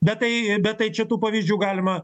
bet tai bet tai čia tų pavyzdžių galima